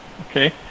Okay